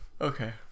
Okay